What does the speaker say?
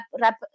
Rap